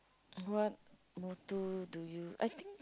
what motto do you I think